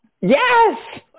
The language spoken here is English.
yes